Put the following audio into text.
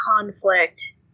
conflict